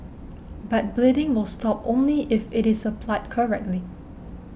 but bleeding will stop only if it is applied correctly